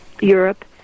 Europe